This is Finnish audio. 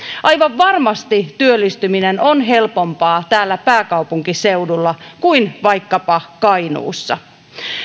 aivan varmasti työllistyminen on helpompaa täällä pääkaupunkiseudulla kuin vaikkapa kainuussa